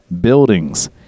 buildings